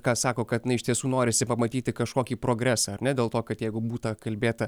ką sako kad iš tiesų norisi pamatyti kažkokį progresą ar ne dėl to kad jeigu būta kalbėta